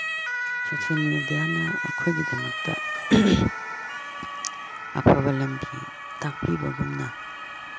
social ꯃꯦꯗꯤꯌꯥꯅ ꯑꯩꯈꯣꯏꯒꯤꯗꯃꯛꯇ ꯑꯐꯕ ꯂꯝꯕꯤ ꯇꯥꯛꯄꯤꯕꯒꯨꯝꯅ